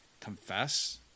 confess